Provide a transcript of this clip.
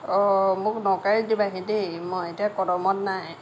অঁ মোক নকাৰিত দিবাহি দেই মই এতিয়া কদমত নাই